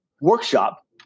workshop